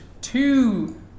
two